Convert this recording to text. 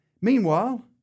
Meanwhile